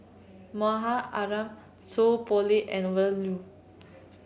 Mahmud Alam Seow Poh Leng and Ove Lu